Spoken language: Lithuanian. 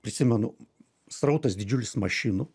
prisimenu srautas didžiulis mašinų